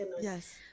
yes